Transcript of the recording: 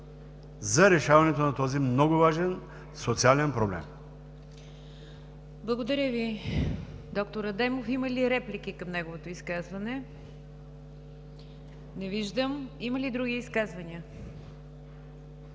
за решаването на този много важен социален проблем. ПРЕДСЕДАТЕЛ НИГЯР ДЖАФЕР: Благодаря Ви, доктор Адемов. Има ли реплики към неговото изказване? Не виждам. Има ли други изказвания?